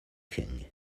king